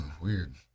Weird